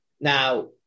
Now